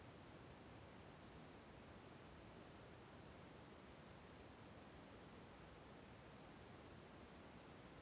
ರೊಕ್ಕ ವರ್ಗಾವಣೆ ಮಾಡಿಲಿಕ್ಕೆ ಇರೋ ರೂಲ್ಸುಗಳ ಮಾಹಿತಿಯನ್ನ ಬ್ಯಾಂಕಿನವರು ಪೇಪರನಾಗ ಪ್ರಿಂಟ್ ಮಾಡಿಸ್ಯಾರೇನು?